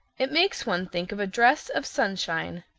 it makes one think of a dress of sunshine.